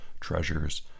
treasures